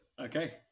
Okay